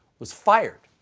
was fired.